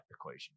equation